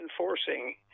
enforcing